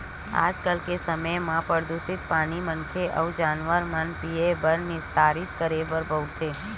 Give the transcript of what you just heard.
आज के समे म परदूसित पानी ल मनखे अउ जानवर मन ह पीए बर, निस्तारी बर बउरथे